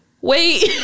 wait